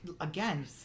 again